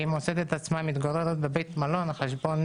היא מוצאת את עצמה מתגוררת בבית מלון על חשבון